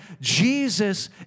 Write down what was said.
Jesus